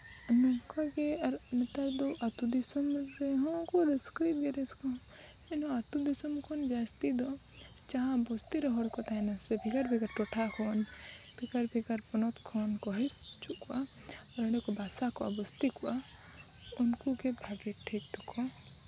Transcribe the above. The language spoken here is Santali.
ᱚᱱᱟ ᱠᱚᱜᱮ ᱟᱨ ᱱᱮᱛᱟᱨ ᱫᱚ ᱟᱛᱳ ᱫᱤᱥᱚᱢ ᱨᱮᱦᱚᱸ ᱠᱚ ᱨᱟᱹᱥᱠᱟᱹᱭ ᱜᱮᱭᱟ ᱨᱟᱹᱥᱠᱟᱹ ᱦᱚᱸ ᱮᱱᱦᱚᱸ ᱟᱛᱳ ᱫᱤᱥᱚᱢ ᱠᱷᱚᱱ ᱡᱟᱹᱥᱛᱤ ᱫᱚ ᱡᱟᱦᱟᱸ ᱵᱚᱥᱛᱤ ᱨᱮ ᱦᱚᱲ ᱠᱚ ᱛᱟᱦᱮᱱᱟ ᱥᱮ ᱵᱷᱮᱜᱟᱨᱼᱵᱷᱮᱜᱟᱨ ᱴᱚᱴᱷᱟ ᱠᱷᱚᱱ ᱵᱷᱮᱜᱟᱨ ᱵᱷᱮᱜᱟᱨ ᱯᱚᱱᱚᱛ ᱠᱷᱚᱱ ᱠᱚ ᱦᱤᱡᱩᱜᱼᱟ ᱚᱸᱰᱮ ᱠᱚ ᱵᱟᱥᱟ ᱠᱚᱜᱼᱟ ᱵᱚᱥᱛᱤ ᱠᱚᱜᱼᱟ ᱩᱱᱠᱩ ᱜᱮ ᱵᱷᱟᱜᱮ ᱴᱷᱤᱠ ᱫᱚᱠᱚ